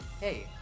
Hey